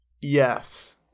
Yes